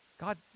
God